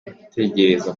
gutegereza